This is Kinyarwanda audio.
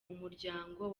muryango